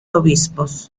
obispos